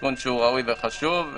חוק ומשפט.